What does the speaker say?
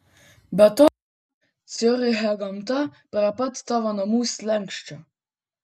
be to ciuriche gamta prie pat tavo namų slenksčio